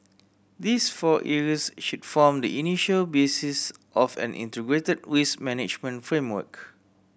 these four areas should form the initial basis of an integrated risk management framework